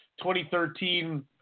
2013